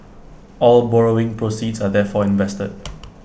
all borrowing proceeds are therefore invested